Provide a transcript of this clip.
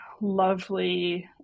lovely